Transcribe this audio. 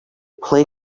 play